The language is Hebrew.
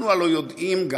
אנחנו הלוא יודעים, גם